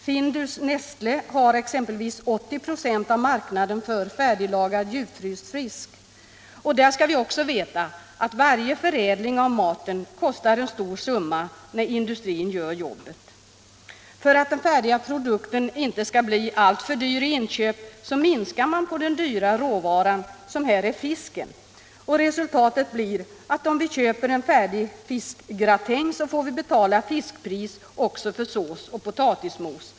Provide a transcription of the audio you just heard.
Findus har exempelvis 80 26 av marknaden för färdiglagad djupfryst fisk. Där skall vi också veta att varje förädling av maten kostar en stor summa när industrin gör jobbet. För att den färdiga produkten inte skall bli alltför dyr i inköp så minskar man på den dyra råvaran som här är fisken. Resultatet blir att om vi köper en färdig fiskgratäng så får vi betala fiskpris också för sås och potatismos.